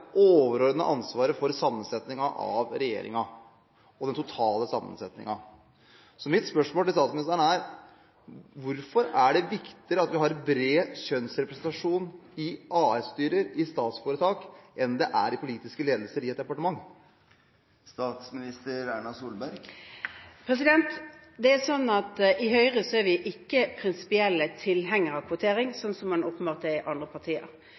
ansvaret for sammensetningen av regjeringen og den totale sammensetningen, så mitt spørsmål til statsministeren er: Hvorfor er det viktigere at vi har bred kjønnsrepresentasjon i AS-styrer, i statsforetak, enn at vi har det i politisk ledelse i departementene? I Høyre er vi ikke prinsipielle tilhengere av kvotering, som man åpenbart er i andre partier.